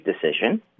decision